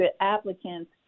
applicants